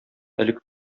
элек